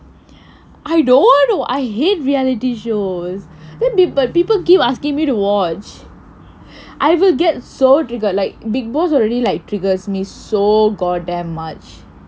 I don't know I hate reality shows but people people keep asking me to watch I forget so do you know like big boss already like triggers me so god damn much